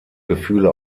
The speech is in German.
gefühle